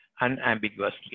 unambiguously